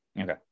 Okay